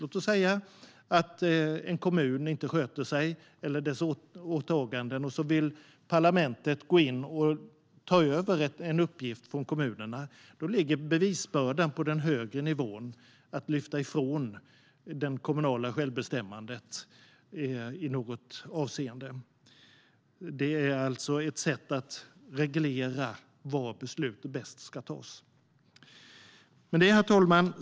Låt oss säga att kommunerna inte sköter ett åtagande och parlamentet vill gå in och ta över den uppgiften från kommunerna. Då ligger bevisbördan på den högre nivån för att kunna lyfta bort det kommunala självbestämmandet i detta avseende. Herr talman!